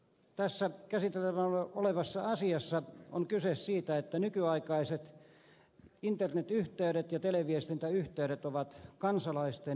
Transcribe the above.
tässä käsiteltävänä olevassa asiassa on kyse siitä että nykyaikaiset internetyhteydet ja televiestintäyhteydet ovat kansalaisten tavoitettavissa